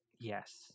Yes